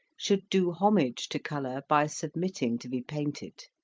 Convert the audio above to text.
should do homage to colour by submitting to be painted.